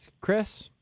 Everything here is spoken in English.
Chris